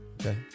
Okay